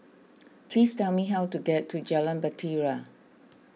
please tell me how to get to Jalan Bahtera